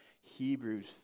Hebrews